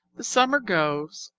the summer goes.